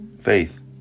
faith